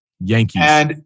Yankees